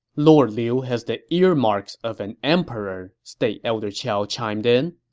lord liu has the earmarks of an emperor, state elder qiao chimed in.